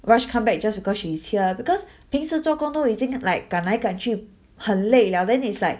rush come back just because she is here ah because 平时做工都已经 like 赶来赶去很累了 then is like